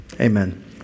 Amen